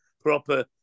proper